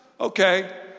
okay